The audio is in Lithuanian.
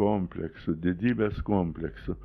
kompleksų didybės kompleksų